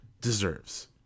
deserves